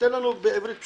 תן לנו בעברית פשוטה.